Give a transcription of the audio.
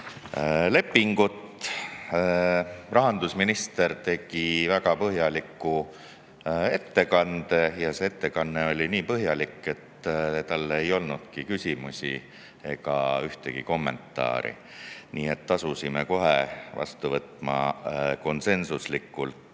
lepingut. Rahandusminister tegi väga põhjaliku ettekande, see ettekanne oli nii põhjalik, et talle ei olnudki küsimusi ega ühtegi kommentaari. Nii et asusime kohe konsensuslikult